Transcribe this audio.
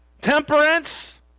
temperance